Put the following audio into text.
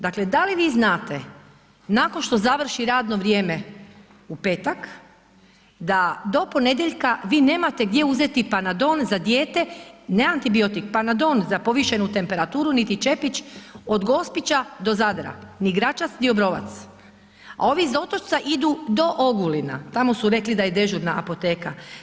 Dakle, da li vi znate nakon što završi radno vrijeme u petak da do ponedjeljka vi nemate gdje uzeti panadon za dijete, ne antibiotik, panadon za povišenu temperaturu niti čepić od Gospića do Zadra, ni Gračac, ni Obrovac, a ovi iz Otočca idu do Ogulina, tamo su rekli da je dežurna apoteka.